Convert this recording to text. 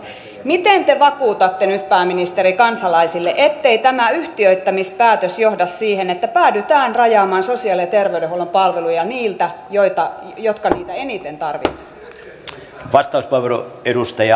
miten te vakuutatte nyt pääministeri kansalaisille ettei tämä yhtiöittämispäätös johda siihen että päädytään rajaamaan sosiaali ja terveydenhuollon palveluja niiltä jotka niitä eniten tarvitsisivat